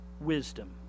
wisdom